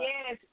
Yes